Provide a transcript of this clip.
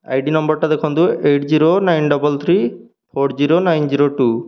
ID ନମ୍ବରଟା ଦେଖନ୍ତୁ eight zero nine double three four zero nine zero two